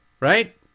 Right